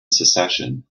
succession